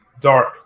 dark